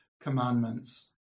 commandments